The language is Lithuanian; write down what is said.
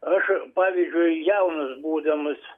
aš pavyzdžiui jaunas būdamas